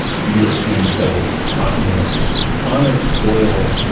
europeans settled continent on its soil.